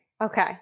Okay